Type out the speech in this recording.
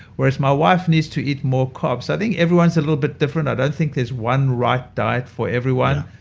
whereas my wife needs to eat more carbs. i think everyone's a little bit different. i don't think there's one right diet for everyone.